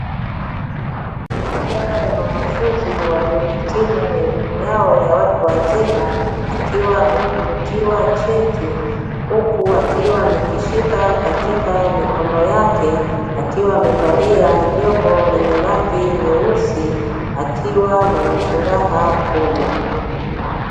Moja ya wanafunzi waliohitimu elimu yao ya watu wazima, akiwa ametunukiwa cheti, huku akiwa amekishika katika mikono yake. Akiwa amevalia joho lenye rangi nyeusi, akiwa mwenye furaha kubwa.